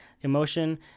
emotion